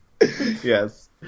Yes